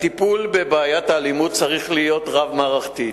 הטיפול בבעיית האלימות צריך להיות רב-מערכתי: